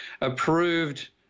approved